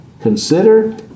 Consider